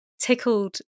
tickled